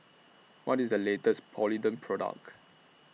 What IS The latest Polident Product